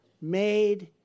made